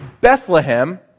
Bethlehem